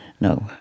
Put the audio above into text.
No